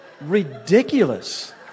ridiculous